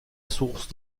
source